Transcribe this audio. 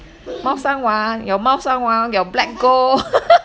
mao shan wang your mao shan wang your black gold